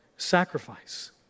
sacrifice